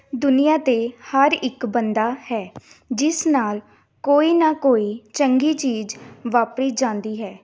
ਦੁਨੀਆਂ 'ਤੇ ਹਰ ਇੱਕ ਬੰਦਾ ਹੈ ਜਿਸ ਨਾਲ ਕੋਈ ਨਾ ਕੋਈ ਚੰਗੀ ਚੀਜ਼ ਵਾਪਰੀ ਜਾਂਦੀ ਹੈ